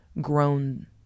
grown